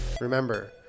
remember